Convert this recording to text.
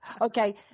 Okay